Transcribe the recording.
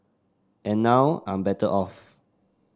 and now I'm better off